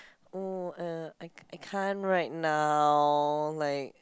oh uh I can't right now like